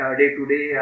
day-to-day